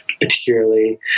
particularly